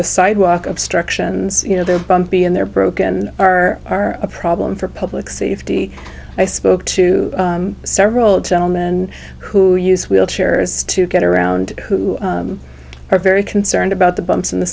the sidewalk obstructions you know they're bumpy and they're broken are are a problem for public safety i spoke to several gentlemen who use wheelchairs to get around who are very concerned about the bumps in the